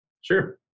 Sure